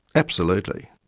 absolutely.